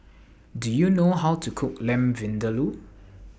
Do YOU know How to Cook Lamb Vindaloo